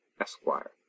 Esquire